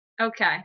Okay